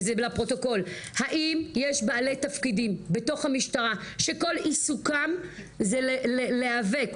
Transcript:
האם יש בעלי תפקידים בתוך המשטרה שכל עיסוקם זה להיאבק